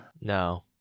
No